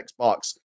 Xbox